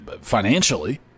financially